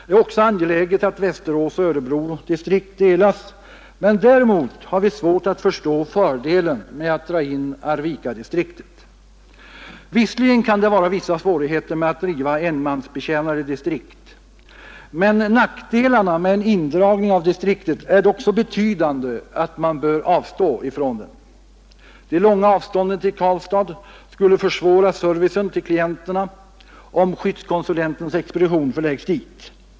Det är också angeläget att Västerås och Örebro distrikt delas, men däremot har vi svårt att förstå fördelen med att dra in Arvikadistriktet. Visserligen kan det vara vissa svårigheter med att driva enmansbetjänade distrikt, men nackdelarna med en indragning av distriktet är så betydande att man bör avstå ifrån den. De långa avstånden till Karlstad skulle försvåra servicen åt klienterna om skyddskonsulentens expedition förläggs dit.